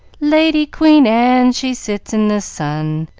lady queen anne, she sits in the sun,